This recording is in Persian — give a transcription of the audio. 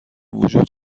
وجود